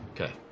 Okay